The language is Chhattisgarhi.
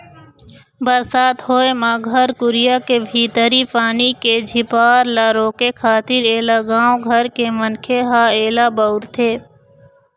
बरसात होय म घर कुरिया के भीतरी पानी के झिपार ल रोके खातिर ऐला गाँव घर के मनखे ह ऐला बउरथे